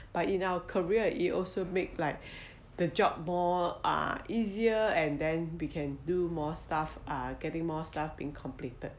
but in our career it also make like the job more uh easier and then we can do more stuff uh getting more stuff being completed